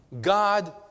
God